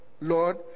Lord